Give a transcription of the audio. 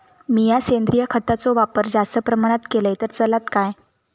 मीया सेंद्रिय खताचो वापर जास्त प्रमाणात केलय तर चलात काय?